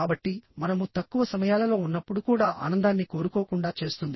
కాబట్టి మనము తక్కువ సమయాలలో ఉన్నప్పుడు కూడా ఆనందాన్ని కోరుకోకుండా చేస్తుంది